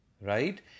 Right